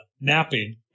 napping